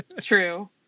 True